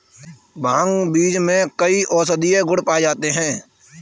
भांग बीज में कई औषधीय गुण पाए जाते हैं